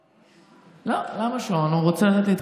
השעון.